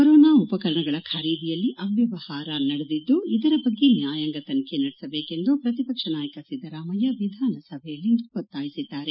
corona ಉಪಕರಣಗಳ ಖರೀದಿಯಲ್ಲಿ ಅವ್ಯವಹಾರ ನಡೆದಿದ್ದು ಇದರ ಬಗ್ಗೆ ನ್ಯಾಯಾಂಗ ತನಿಖೆ ನಡಸಬೇಕೆಂದು ಪ್ರತಿಪಕ್ಷ ನಾಯಕ ಸಿದ್ದರಾಮಯ್ಯ ವಿಧಾನಸಭೆಯಲ್ಲಿಂದು ಒತ್ತಾಯಿಸಿದ್ದಾರೆ